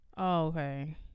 Okay